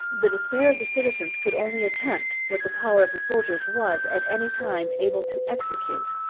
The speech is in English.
the despair of the citizens could only attempt, what the power of the soldiers was, at any time, able to execute.